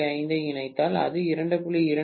5 ஐ இணைத்தால் அது 2